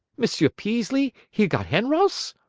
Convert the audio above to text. m'sieu' peaslee he'll got hen-rouse?